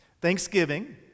Thanksgiving